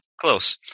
Close